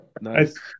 Nice